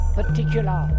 particular